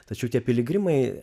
tačiau tie piligrimai